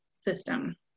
system